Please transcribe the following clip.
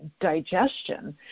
digestion